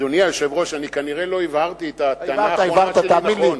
אני כנראה לא הבהרתי, הבהרת, תאמין לי.